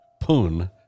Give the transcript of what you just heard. poon